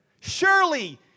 Surely